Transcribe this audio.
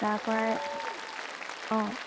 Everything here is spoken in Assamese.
তাৰপৰাই অঁ